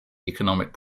economic